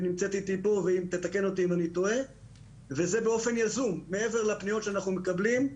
וזה באופן יזום, מעבר לפניות שאנחנו מקבלים,